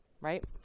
Right